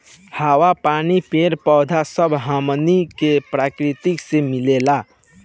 हवा, पानी, पेड़ पौधा सब हमनी के प्रकृति से मिलेला